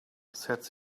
said